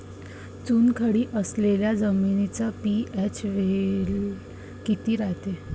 चुनखडी असलेल्या जमिनीचा पी.एच लेव्हल किती रायते?